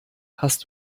hast